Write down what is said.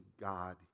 God